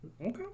Okay